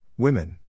Women